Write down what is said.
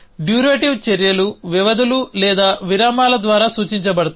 durative చర్యలు వ్యవధులు లేదా విరామాల ద్వారా సూచించ బడతాయి